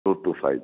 two two five